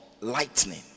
lightning